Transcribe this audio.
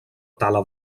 tala